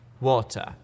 water